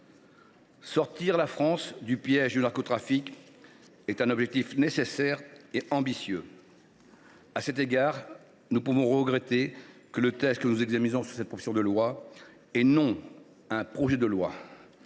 Sortir la France du piège du narcotrafic est un objectif nécessaire et ambitieux. À cet égard, nous pouvons regretter que le présent texte soit une proposition de loi et non un projet de loi.